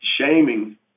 shaming